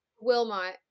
Wilmot